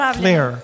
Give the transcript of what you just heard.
clear